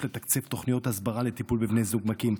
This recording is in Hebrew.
יש לתקצב תוכניות הסברה לטיפול בבני זוג מכים,